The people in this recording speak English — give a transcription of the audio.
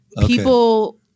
People